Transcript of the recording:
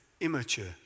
immature